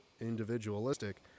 individualistic